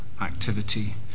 activity